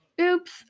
Oops